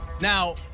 Now